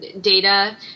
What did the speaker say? Data